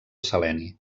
seleni